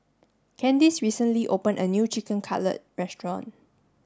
Candis recently opened a new Chicken Cutlet restaurant